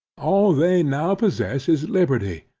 all they now possess is liberty,